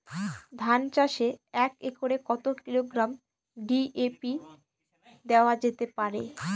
ধান চাষে এক একরে কত কিলোগ্রাম ডি.এ.পি দেওয়া যেতে পারে?